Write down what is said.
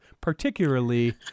particularly